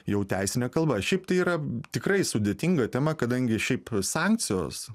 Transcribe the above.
jau teisine kalba šiaip tai yra tikrai sudėtinga tema kadangi šiaip sankcijos